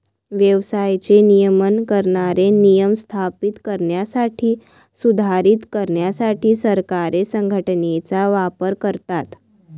व्यवसायाचे नियमन करणारे नियम स्थापित करण्यासाठी, सुधारित करण्यासाठी सरकारे संघटनेचा वापर करतात